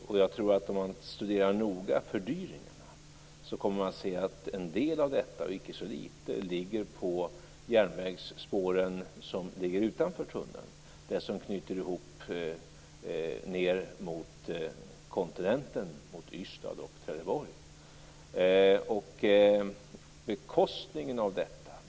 Om man noga studerar fördyringarna tror jag att man kommer att se att en del - icke så lite - beror på järnvägsspåren som ligger utanför tunneln, dvs. det som knyter ihop tunneln med Ystad, Trelleborg och kontinenten.